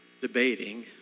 debating